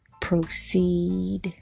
Proceed